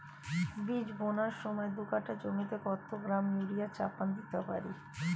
বীজ বোনার সময় দু কাঠা জমিতে কত গ্রাম ইউরিয়া চাপান দিতে পারি?